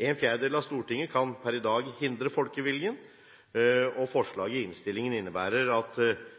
En fjerdedel av Stortinget kan per i dag hindre folkeviljen. Forlaget i innstillingen innebærer at